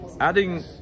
adding